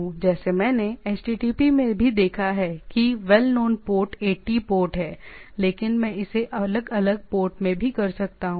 जैसे मैंने HTTP में भी देखा है कि वेल नोन पोर्ट 80 पोर्ट है लेकिन मैं इसे अलग अलग पोर्ट में भी कर सकता हूं